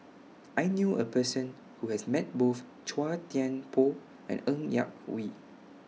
I knew A Person Who has Met Both Chua Thian Poh and Ng Yak Whee